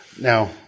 Now